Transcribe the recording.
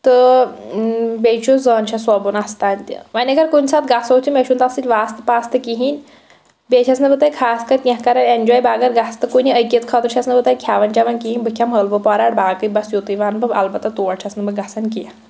تہٕ بیٚیہِ چھُ زٲنہٕ شاہ صٲبُن آستان تہِ وۄنۍ اگر کُنہِ ساتہٕ گژھو تہٕ مےٚ چھُنہٕ تَتھ سۭتۍ واسطہٕ پاسطہٕ کِہیٖنۍ بیٚیہِ چھیٚس نہٕ بہٕ تتہِ خاص کر کیٚنٛہہ کَران ایٚنجواے بہٕ اگر گژھہٕ تہٕ کُنہِ ساتہٕ عقیٖد خٲطرٕ چھیٚس نہٕ بہٕ تَتہِ کھیٚوان چیٚوان کہیٖنۍ بہٕ کھیٚمہٕ ہلوٕ پۄراٹ باقٕے بَس یُتُے وَنہٕ بہٕ البتہ تور چھیٚس نہٕ بہٕ گژھان کیٚنٛہہ